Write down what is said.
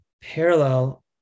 parallel